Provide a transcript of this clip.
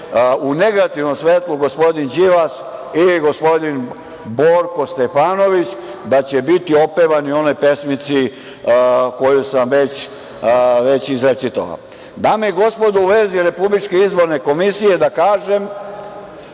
u negativnom svetlu gospodin Đilas i gospodin Borko Stefanović biti opevani u onoj pesmici koju sam već izrecitovao. Dame i gospodo, u vezi Republičke izborne komisije da kažem